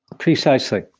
precisely.